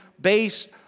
based